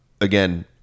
again –